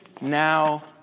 now